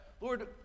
Lord